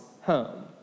home